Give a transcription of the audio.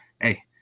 hey